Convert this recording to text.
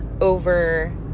over